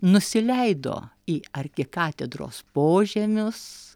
nusileido į arkikatedros požemius